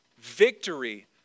Victory